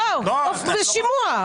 זה שימוע.